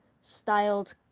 styled